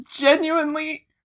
genuinely